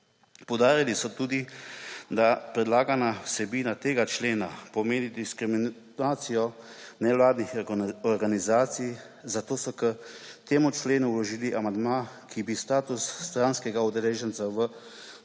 Poudarili so tudi, da predlagana vsebina tega člena pomeni diskriminacijo nevladnih organizacij, zato so k temu členu vložili amandma, ki bi status stranskega udeleženca v postopku